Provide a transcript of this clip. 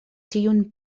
tiun